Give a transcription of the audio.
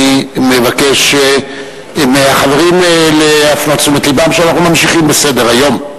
אני מבקש מהחברים להפנות תשומת-לבם שאנחנו ממשיכים בסדר-היום.